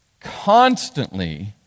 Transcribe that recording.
constantly